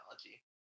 technology